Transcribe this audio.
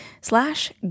slash